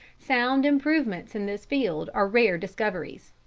sound improvements in this field are rare discoveries.